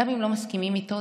גם אם לא מסכימים איתו,